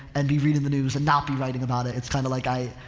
and be reading the news and not be writing about it. it's kind of like i, i,